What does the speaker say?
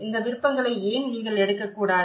இந்த விருப்பங்களை ஏன் நீங்கள் எடுக்கக்கூடாது